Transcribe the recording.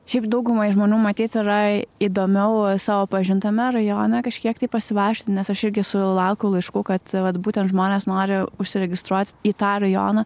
šiaip daugumai žmonių matyt yra įdomiau savo pažintame rajone kažkiek tai pasivaikščioti nes aš irgi sulaukiu laiškų kad vat būtent žmonės nori užsiregistruot į tą rajoną